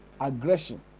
aggression